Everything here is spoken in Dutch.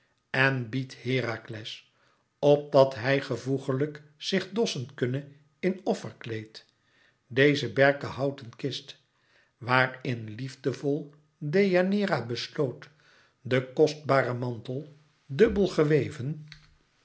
en bied herakles opdat hij gevoegelijk zich dossen kunne in offerkleed deze berkenhouten kist waar in liefdevol deianeira besloot den kostbaren mantel dubbel geweven